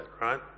right